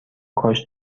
کاش